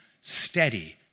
steady